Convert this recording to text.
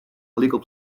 illegal